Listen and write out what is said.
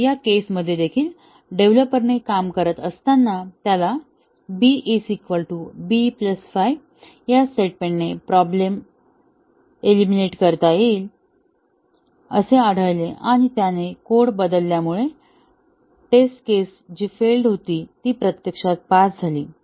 तर या केसमध्ये देखील डेव्हलपरने काम करत असताना त्याला b b 5 या स्टेटमेंट ने प्रॉब्लेम एलिमिनेट करता येईल असे आढळले आणि त्याने कोड बदलल्यामुळे टेस्ट केस जी फैल्ड होती ती प्रत्यक्षात पास झाली